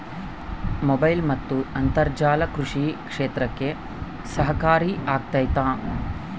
Mobile ಮತ್ತು ಅಂತರ್ಜಾಲ ಕೃಷಿ ಕ್ಷೇತ್ರಕ್ಕೆ ಸಹಕಾರಿ ಆಗ್ತೈತಾ?